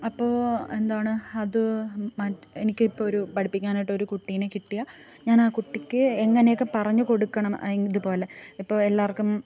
അപ്പോൾ എന്താണ് അത് മറ്റ് എനിക്കിപ്പം ഒരു പഠിപ്പിക്കാനായിട്ടൊരു കുട്ടീനെ കിട്ടിയാൽ ഞാനാ കുട്ടിക്ക് എങ്ങനെയൊക്കെ പറഞ്ഞു കൊടുക്കണം ഇത് പോലെ ഇപ്പം എല്ലാവർക്കും